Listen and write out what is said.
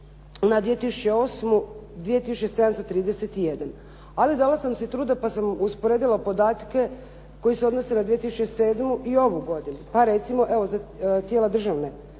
na 2008. 2 tisuće 731. Ali dala sam si truda pa sam usporedila podatke koji se odnose na 2007. i ovu godinu. Pa recimo evo za tijela državne